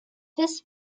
this